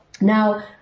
Now